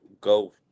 go